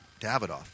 Davidoff